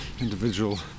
individual